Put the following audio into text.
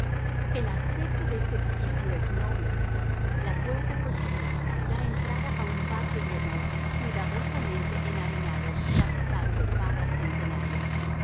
el aspecto de este edificio es noble la puerta cochera da entrada a un patio de honor cuidadosamente enarenado y tapizado de parras centenarias